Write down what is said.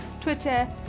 twitter